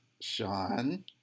Sean